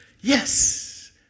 Yes